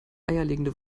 eierlegende